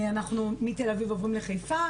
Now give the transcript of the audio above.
אנחנו מתל אביב עוברים לחיפה,